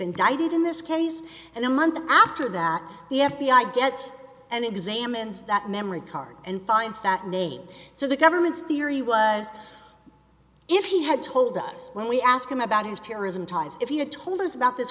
indicted in this case and a month after that the f b i gets and examines that memory card and finds that name so the government's theory was if he had told us when we asked him about his terrorism ties if he had told us about this